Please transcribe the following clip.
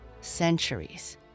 centuries